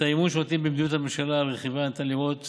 את האמון שנותנים במדיניות הממשלה על רכיביה ניתן לראות